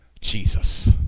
Jesus